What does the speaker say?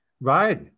right